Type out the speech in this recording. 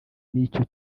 n’icyo